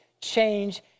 change